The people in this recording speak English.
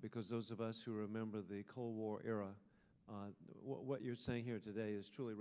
because those of us who remember the cold war era what you're saying here today is truly